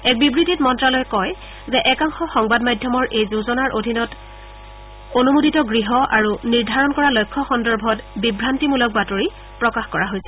এক বিবৃতিত মন্ত্ৰালয়ে কয় যে একাংশ সংবাদমাধ্যমৰ এই যোজনাৰ অধীনত অনুমোদিত গৃহ আৰু নিৰ্ধাৰণ কৰা লক্ষ্য সন্দৰ্ভত বিভান্তিমূলক বাতৰি প্ৰকাশ কৰা হৈছে